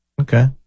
Okay